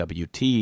WT